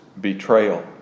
betrayal